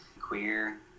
queer